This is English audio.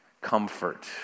comfort